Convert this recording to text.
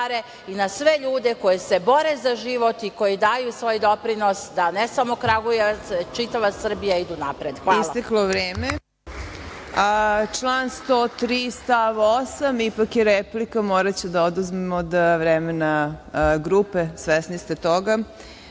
i na sve ljude koji se bore za život i koji daju svoj doprinos da ne samo Kragujevac, već čitava Srbija idu napred. **Marina Raguš** Isteklo je vreme. Član 103. stav, ipak je replika, moraću da oduzmem od vremena grupe, svesni ste